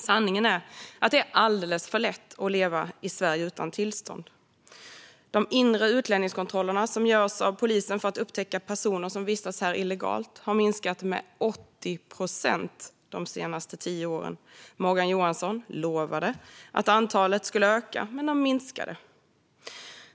Sanningen är att det är alldeles för lätt att leva i Sverige utan tillstånd. De inre utlänningskontrollerna, som görs av polisen för att upptäcka personer som vistas här illegalt, har minskat med 80 procent de senaste tio åren. Morgan Johansson lovade att antalet skulle öka, men det minskade.